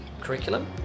curriculum